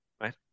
right